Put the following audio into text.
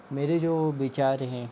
मेरे जो विचार हैं